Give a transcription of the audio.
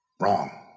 wrong